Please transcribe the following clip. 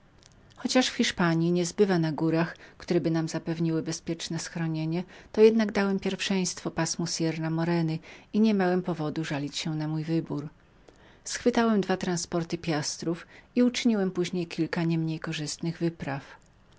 chociaż w hiszpanji nie zbywa na górach które zapewniają bezpieczne schronienie jednak przedewszystkiemi wybrałem pasmo sierra moreny i niemiałem powodu żalić się na mój wybór schwytałem dwa transporty piastrów i uczyniłem później kilka nie mniej korzystnych wycieczek